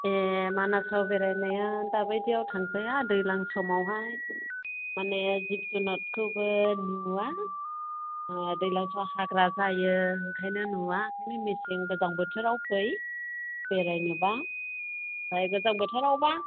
ए मानासाव बेरायनाया दा बायदिआव थांजाया दैज्लां समावहाय माने जिब जुनारखौबो नुवा दैलांफ्राव हाग्रा जायो ओंखायनो नुवा ओंखायनो मेसें गोजां बोथोराव फै बेरायनोबा ओमफ्राय गोजां बोथोरावबा